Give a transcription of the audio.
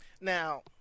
Now